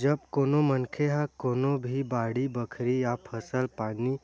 जब कोनो मनखे ह कोनो भी बाड़ी बखरी या फसल पानी